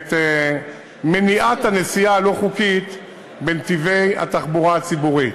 את מניעת הנסיעה הלא-חוקית בנתיבי התחבורה הציבורית.